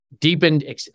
deepened